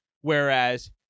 Whereas